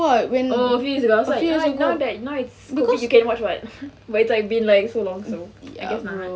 oh a few years ago I was like ah now that now that it's COVID you can watch [what] but it has been so long so I guess not